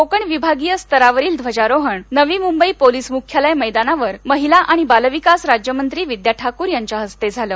कोकण विभागीय स्तरावरील ध्वजारोहण नवी मुंबई पोलीस मुख्यालय मध्येमावर महिला आणि बालविकास राज्यमंत्री विद्या ठाकूर यांच्या हस्ते झालं